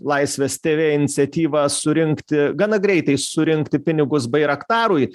laisvės tv iniciatyvą surinkti gana greitai surinkti pinigus bairaktarui